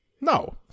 No